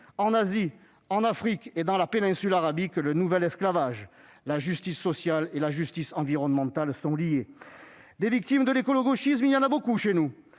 en Asie, en Afrique et dans la péninsule arabique, le nouvel esclavage. La justice sociale et la justice environnementale sont liées. Des victimes de l'écolo-gauchisme, il y en a beaucoup chez nous